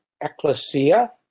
Ecclesia